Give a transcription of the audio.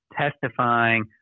testifying